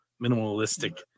minimalistic